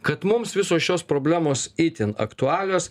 kad mums visos šios problemos itin aktualios